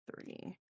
three